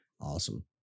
Awesome